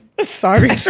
sorry